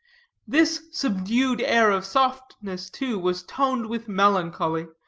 this subdued air of softness, too, was toned with melancholy,